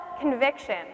conviction